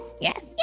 yes